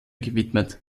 gewidmet